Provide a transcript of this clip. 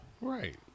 Right